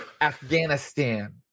Afghanistan